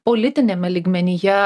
politiniame lygmenyje